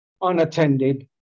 unattended